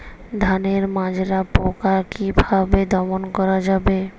ধানের মাজরা পোকা কি ভাবে দমন করা যাবে?